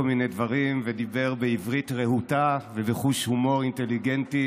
מיני דברים ודיבר בעברית רהוטה ובחוש הומור אינטליגנטי